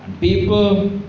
people